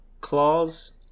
claws